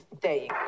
day